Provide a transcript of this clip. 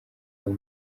baba